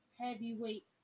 Heavyweight